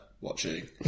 watching